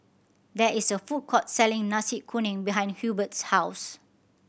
there is a food court selling Nasi Kuning behind Hurbert's house